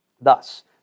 thus